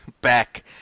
back